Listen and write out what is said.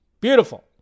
Beautiful